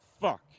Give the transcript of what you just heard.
Fuck